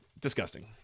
disgusting